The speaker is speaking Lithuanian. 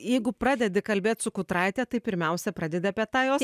jeigu pradedi kalbėt su kutraite tai pirmiausia pradedi apie tą jos